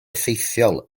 effeithiol